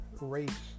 race